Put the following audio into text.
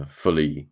fully